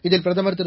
இதில் பிரதமர் திரு